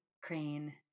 crane